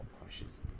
crushes